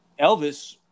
Elvis